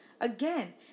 Again